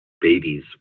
babies